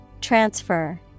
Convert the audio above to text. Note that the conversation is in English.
Transfer